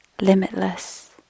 limitless